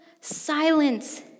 silence